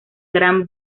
gran